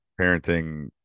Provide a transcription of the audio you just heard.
parenting